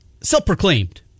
Self-proclaimed